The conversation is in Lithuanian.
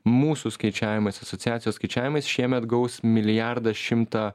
mūsų skaičiavimais asociacijos skaičiavimais šiemet gaus milijardą šimtą